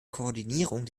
koordinierung